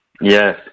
Yes